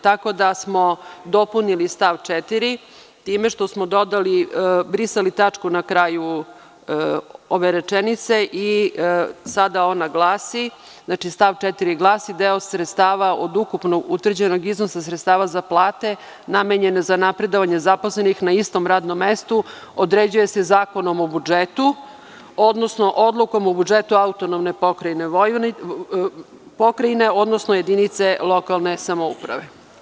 Tako da smo dopunili stav 4. time što smo dodali, brisali tačku na kraju ove rečenice i sada ona glasi, znači, stav 4. glasi: „Deo sredstava od ukupno utvrđenog iznosa sredstava za plate, namenjen za napredovanje zaposlenih na istom radnom mestu, određuje se Zakonom o budžetu, odnosno odlukom o budžetu autonomne pokrajine, odnosno jedinice lokalne samouprave“